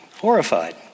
Horrified